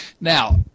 Now